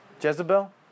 Jezebel